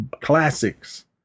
classics